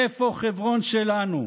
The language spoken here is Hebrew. איפה חברון שלנו,